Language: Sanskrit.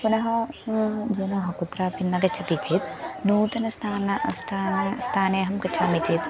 पुनः जनाः कुत्रापि न गच्छति चेत् नूतनस्थानं स्थानं स्थाने अहं गच्छामि चेत्